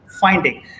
finding